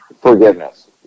forgiveness